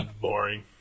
boring